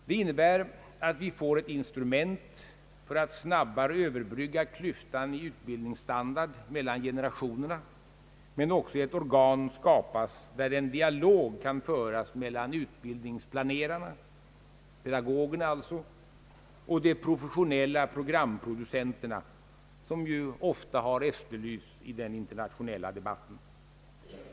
Det innebär att vi får ett instrument för att snabbare överbrygga klyftan i utbildningsstandard mellan generationerna, men också att ett organ skapas där den dialog kan föras mellan utbildningsplanerarna, d. v. s. pedagogerna, och de professionella programproducenterna, som ju ofta har efterlysts i den internationella debatien.